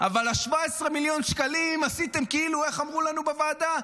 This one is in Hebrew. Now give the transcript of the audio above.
אבל 17 מיליון השקלים, איך אמרו לנו בוועדה?